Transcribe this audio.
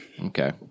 Okay